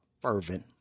fervent